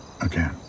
again